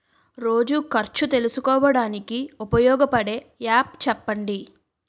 రోజు ఖర్చు తెలుసుకోవడానికి ఉపయోగపడే యాప్ చెప్పండీ?